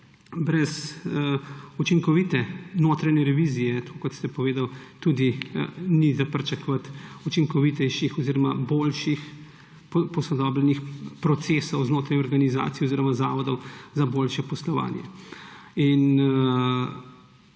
Brez učinkovite notranje revizije, tako kot ste povedali, tudi ni za pričakovati učinkovitejših oziroma boljših, posodobljenih procesov znotraj organizacij oziroma zavodov za boljše poslovanje.